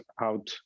out